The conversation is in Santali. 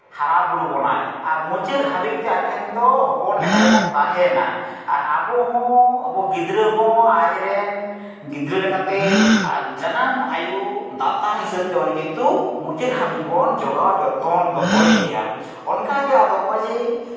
ᱦᱟᱨᱟᱼᱵᱩᱨᱩ ᱵᱚᱱᱟᱭ ᱟᱨ ᱢᱩᱪᱟᱹᱫ ᱦᱟᱹᱵᱤᱡ ᱛᱮ ᱟᱡ ᱴᱷᱮᱱ ᱫᱚ ᱦᱚᱯᱚᱱ ᱞᱮᱠᱟ ᱜᱮᱵᱚᱱ ᱛᱟᱦᱮᱱᱟ ᱟᱨ ᱟᱵᱚᱦᱚᱸ ᱟᱵᱚ ᱜᱤᱫᱽᱨᱟᱹ ᱦᱚᱸ ᱟᱡ ᱨᱮᱱ ᱜᱤᱫᱽᱨᱟᱹ ᱞᱮᱠᱟᱛᱮ ᱡᱟᱱᱟᱢ ᱟᱹᱭᱩ ᱫᱟᱛᱟ ᱦᱤᱥᱟᱹᱵᱛᱮ ᱩᱱᱤ ᱠᱤᱱᱛᱩ ᱢᱩᱪᱟᱹᱫᱽ ᱫᱷᱟᱹᱵᱤᱡ ᱵᱚᱱ ᱡᱚᱜᱟᱣ ᱡᱚᱛᱚᱱ ᱫᱚᱦᱚᱭᱮᱭᱟ ᱚᱱᱠᱟᱜᱮ ᱟᱫᱚ ᱱᱚᱜᱼᱚᱭ ᱡᱮ